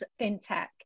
fintech